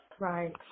Right